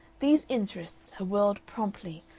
these interests her world promptly,